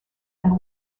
and